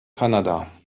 kanada